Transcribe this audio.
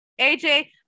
AJ